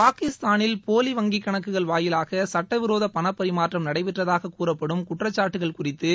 பாகிஸ்தானில் போலி வங்கிக்கணக்குகள் வாயிலாக சுட்டவிரோத பணபரிமாற்றம் நடைபெற்றதாக கூறப்படும் குற்றச்சாட்டுகள் குறித்து